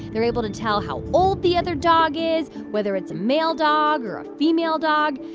they're able to tell how old the other dog is, whether it's a male dog or a female dog.